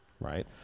right